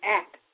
act